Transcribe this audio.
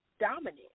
dominant